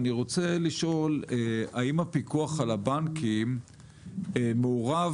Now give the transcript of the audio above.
אני רוצה לשאול האם הפיקוח על הבנקים מעורב